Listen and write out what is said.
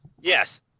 Yes